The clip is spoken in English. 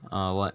ah what